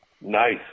Nice